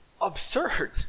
absurd